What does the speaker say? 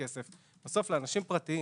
בסוף לאנשים פרטיים